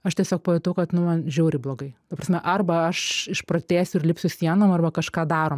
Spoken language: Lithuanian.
aš tiesiog pajutau kad nu man žiauriai blogai ta prasme arba aš išprotėsiu ir lipsiu sienom arba kažką darom